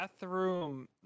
bathroom